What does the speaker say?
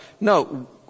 no